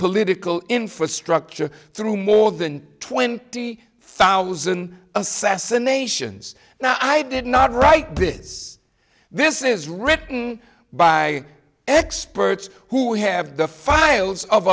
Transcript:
political infrastructure through more than twenty thousand assassinations now i did not write this this is written by experts who have the files of